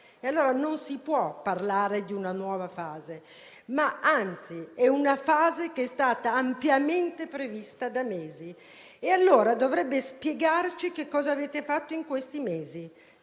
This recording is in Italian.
non si può parlare di una nuova fase; anzi, è una fase che era stata ampiamente prevista da mesi. Dovrebbe quindi spiegarci cosa avete fatto in questi mesi;